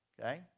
okay